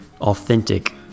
authentic